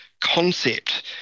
concept